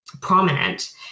prominent